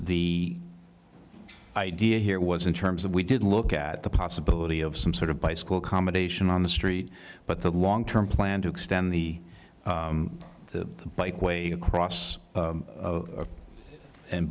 the idea here was in terms of we did look at the possibility of some sort of buy school combination on the street but the long term plan to extend the the bike way across